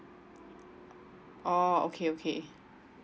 oh okay okay